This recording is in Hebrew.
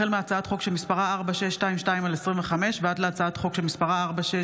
החל בהצעת חוק פ/4622/25 וכלה בהצעת חוק פ/4648/25: